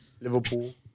Liverpool